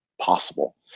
possible